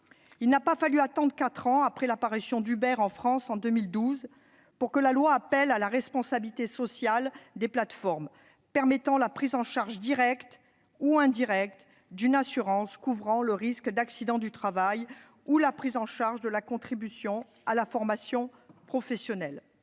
Il n'a pas fallu attendre quatre ans après l'apparition d'Uber en France, en 2012, pour que la loi appelle à la « responsabilité sociale » des plateformes, permettant la prise en charge, directe ou indirecte, d'une assurance couvrant le risque d'accident du travail ou la contribution à la formation professionnelle.